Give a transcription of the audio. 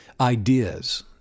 ideas